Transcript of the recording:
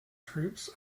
troops